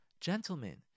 Gentlemen